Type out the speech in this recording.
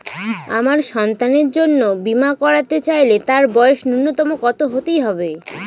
আমার সন্তানের জন্য বীমা করাতে চাইলে তার বয়স ন্যুনতম কত হতেই হবে?